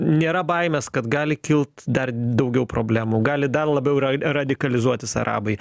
nėra baimės kad gali kilt dar daugiau problemų gali dar labiau rad radikalizuotis arabai